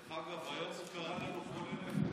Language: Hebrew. דרך אגב, היום הוא קרא לנו "חולי נפש".